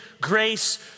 grace